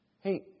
Hey